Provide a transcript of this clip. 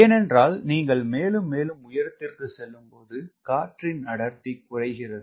ஏனென்றால் நீங்கள் மேலும் மேலும் உயரத்திற்கு செல்லும் போது காற்றின் அடர்த்தி குறைகிறது